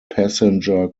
passenger